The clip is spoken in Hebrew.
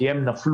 כי הם נפלו,